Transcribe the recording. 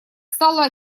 стало